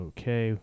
Okay